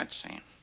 and sam.